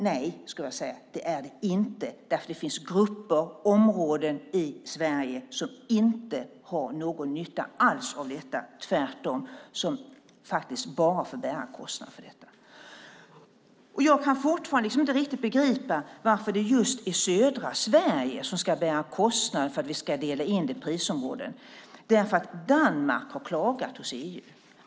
Nej, så är det inte därför att det finns grupper och områden i Sverige som inte alls har någon nytta av detta utan som tvärtom bara får bära kostnaden för det. Fortfarande kan jag inte riktigt begripa varför just södra Sverige ska bära kostnaden för en indelning i prisområden därför att Danmark har klagat hos EU.